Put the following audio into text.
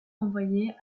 envoyé